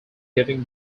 giving